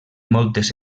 moltes